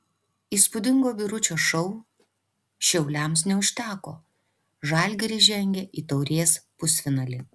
įspūdingo biručio šou šiauliams neužteko žalgiris žengė į taurės pusfinalį